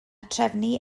trefnu